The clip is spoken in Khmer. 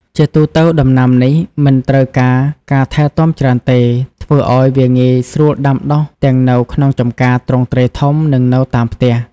ជាទូទៅ ដំណាំនេះមិនត្រូវការការថែទាំច្រើនទេ ធ្វើឱ្យវាងាយស្រួលដាំដុះទាំងនៅក្នុងចំការទ្រង់ទ្រាយធំ និងនៅតាមផ្ទះ។